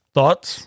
Thoughts